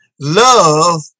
Love